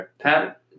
Pat